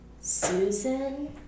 Susan